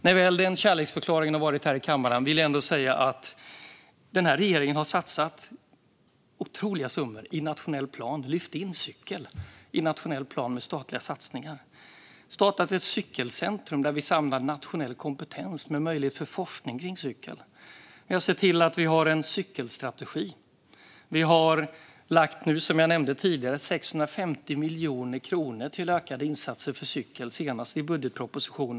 När denna kärleksförklaring väl har uttalats här i kammaren vill jag säga att den här regeringen har satsat otroliga summor i nationell plan och lyft in cykel i nationell plan med statliga satsningar. Vi har startat ett cykelcentrum där vi samlar nationell kompetens med möjlighet för forskning kring cykel. Vi har sett till att det finns en cykelstrategi. Vi har, som jag nämnde tidigare, lagt 650 miljoner kronor till ökade insatser för cykel i den senaste budgetpropositionen.